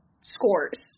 scores